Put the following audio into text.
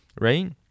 right